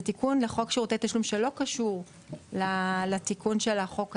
זה תיקון לחוק שירותי תשלום שלא קשור לתיקון של החוק הזה.